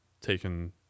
taken